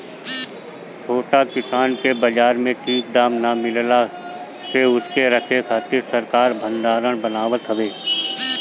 छोट किसान के बाजार में ठीक दाम ना मिलला से उनके रखे खातिर सरकार भडारण बनावत हवे